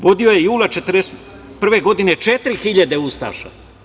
Vodio je jula 1941. godine 4.000 ustaša.